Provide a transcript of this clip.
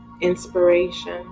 inspiration